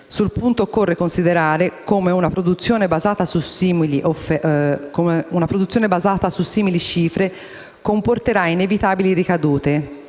Sul punto, occorre considerare come una produzione basata su simili cifre comporterà inevitabili ricadute;